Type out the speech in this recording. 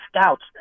scouts